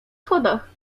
schodach